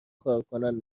کارکنان